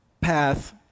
path